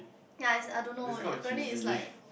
ya is I don't know apparently is like